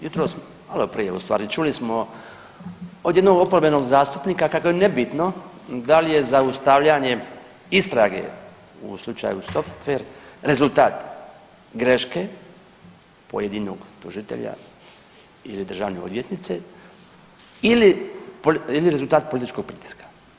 Jutros, malo prije u stvari, čuli smo od jednog oporbenog zastupnika kako je nebitno da li je zaustavljanje istrage u slučaju Software, rezultat greške pojedinog tužitelja ili državne odvjetnice, ili rezultat političkog pritiska.